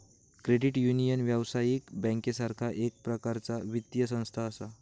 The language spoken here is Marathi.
क्रेडिट युनियन, व्यावसायिक बँकेसारखा एक प्रकारचा वित्तीय संस्था असा